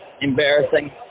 embarrassing